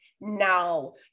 now